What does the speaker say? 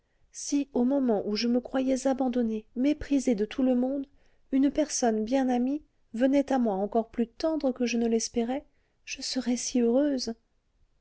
si au moment où je me croyais abandonnée méprisée de tout le monde une personne bien amie venait à moi encore plus tendre que je ne l'espérais je serais si heureuse